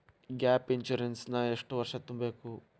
Gap insurance ನ ಎಷ್ಟ್ ವರ್ಷ ತುಂಬಕು?